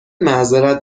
معذرت